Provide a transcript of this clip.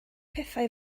pethau